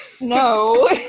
no